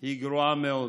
היא גרועה מאוד.